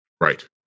right